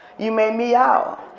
you may meow.